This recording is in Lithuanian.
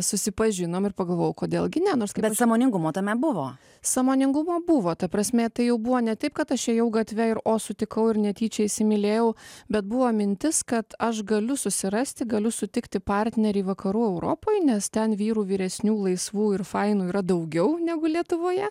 susipažinome ir pagalvojau kodėl gi ne nors bet sąmoningumo tame buvo sąmoningumo buvo ta prasmė tai jau buvo ne taip kad aš ėjau gatve ir o sutikau ir netyčia įsimylėjau bet buvo mintis kad aš galiu susirasti galiu sutikti partnerį vakarų europoje nes ten vyrų vyresnių laisvų ir fainų yra daugiau negu lietuvoje